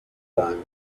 time